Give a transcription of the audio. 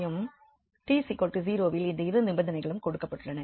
t0வில் இந்த இரு நிபந்தனைகளும் கொடுக்கப்பட்டுள்ளன